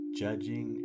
judging